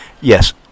yes